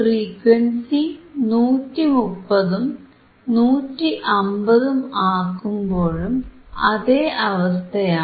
frequency 130 ഉം 150 ഉം ആക്കുമ്പോഴും അതേ അവസ്ഥയാണ്